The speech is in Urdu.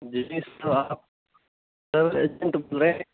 جی جی سر آپ ٹریول اجنٹ بول رہے ہیں